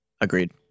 Agreed